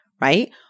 right